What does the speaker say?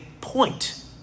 point